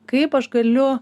kaip aš galiu